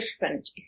different